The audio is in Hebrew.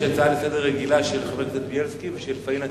יש הצעה לסדר-היום רגילה לחברי הכנסת בילסקי ופאינה קירשנבאום,